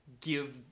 give